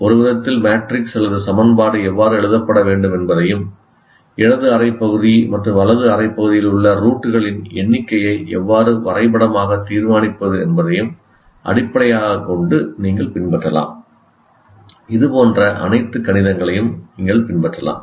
ஒரு விதத்தில் மேட்ரிக்ஸ் அல்லது சமன்பாடு எவ்வாறு எழுதப்பட வேண்டும் என்பதையும் இடது அரை பகுதி மற்றும் வலது அரை பகுதியில் உள்ள ரூட் களின் எண்ணிக்கையை எவ்வாறு வரைபடமாக தீர்மானிப்பது என்பதையும் அடிப்படையாகக் கொண்டு நீங்கள் பின்பற்றலாம் இதுபோன்ற அனைத்து கணிதங்களையும் நீங்கள் பின்பற்றலாம்